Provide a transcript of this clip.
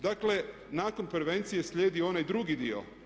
Dakle, nakon prevencije slijedi onaj drugi dio.